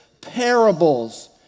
parables